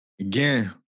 Again